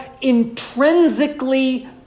intrinsically